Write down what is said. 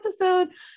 episode